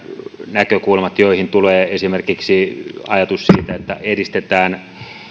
näkökulmat joihin tulee esimerkiksi ajatus siitä että edistetään